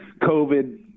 COVID